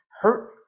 hurt